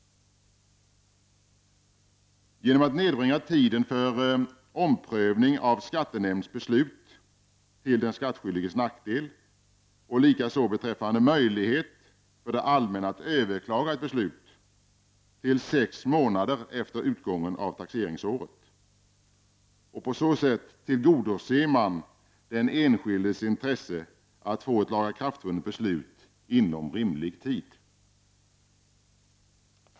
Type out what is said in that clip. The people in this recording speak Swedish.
Genom att nedbringa tiden för omprövning av skattenämnds beslut till den skattskyldiges nackdel — liksom möjlighet för det allmänna att överklaga ett beslut — till sex månader efter utgången av taxeringsåret tillgodoser man den enskildes intresse av att få ett lagakraftvunnet beslut inom rimlig tid.